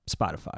Spotify